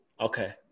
Okay